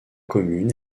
commune